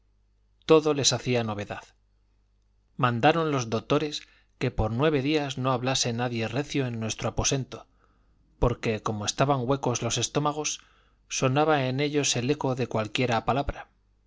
todo les hacía novedad mandaron los dotores que por nueve días no hablase nadie recio en nuestro aposento porque como estaban huecos los estómagos sonaba en ellos el eco de cualquiera palabra